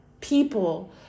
people